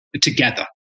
together